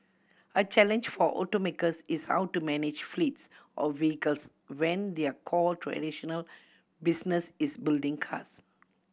a challenge for automakers is how to manage fleets of vehicles when their core traditional business is building cars